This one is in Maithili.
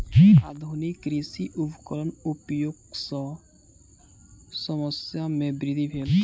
आधुनिक कृषि उपकरणक उपयोग सॅ शस्य मे वृद्धि भेल